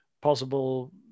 possible